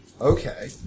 Okay